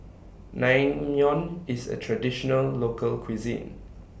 Naengmyeon IS A Traditional Local Cuisine